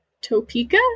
Topeka